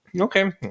Okay